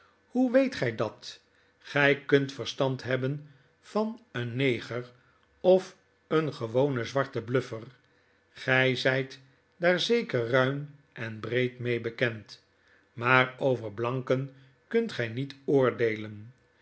hoe weet gg dat gfl kunt verstand hebben van eenneger of een gewonen zwarten bluffer gg zijt daar zeker ruim en breed mee bekend maar over blanken kunt gij niet oordeelen